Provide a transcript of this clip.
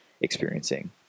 experiencing